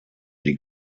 die